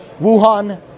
Wuhan